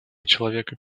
человека